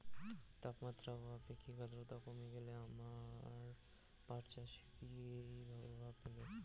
তাপমাত্রা ও আপেক্ষিক আদ্রর্তা কমে গেলে আমার পাট চাষে কী প্রভাব ফেলবে?